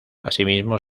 asimismo